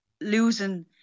losing